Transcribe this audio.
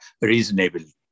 reasonably